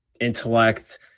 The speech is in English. intellect